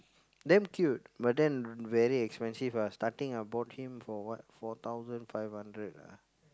damn cute but then very expensive ah starting I bought him for what four thousand five hundred ah